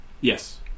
Yes